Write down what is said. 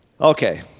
Okay